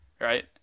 right